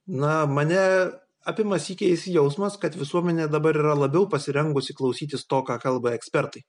na mane apima sykiais jausmas kad visuomenė dabar yra labiau pasirengusi klausytis to ką kalba ekspertai